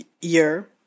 year